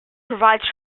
provides